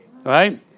right